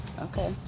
Okay